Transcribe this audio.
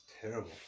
terrible